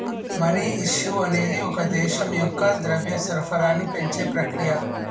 money issue అనేది ఒక దేశం యొక్క ద్రవ్య సరఫరాను పెంచే ప్రక్రియ